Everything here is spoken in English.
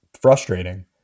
frustrating